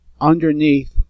underneath